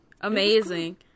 Amazing